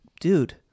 Dude